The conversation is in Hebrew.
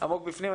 עמוק בפנים.